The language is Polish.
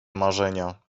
marzenia